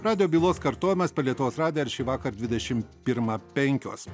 radijo bylos kartojimas per lietuvos radiją ir šįvakar dvidešim pirmą penkios